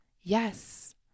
Yes